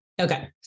Okay